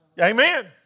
Amen